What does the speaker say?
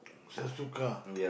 sells two car